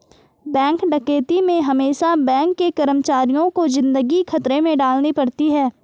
bank डकैती में हमेसा बैंक के कर्मचारियों को जिंदगी खतरे में डालनी पड़ती है